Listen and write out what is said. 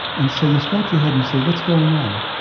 and so you scratch your head and you say, what's going on?